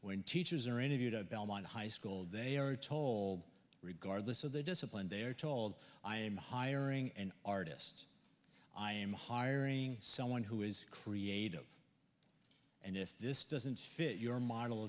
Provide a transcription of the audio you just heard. when teachers are interviewed at belmont high school they are told regardless of their discipline they are told i am hiring an artist i am hiring someone who is creative and if this doesn't fit your model